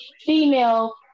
female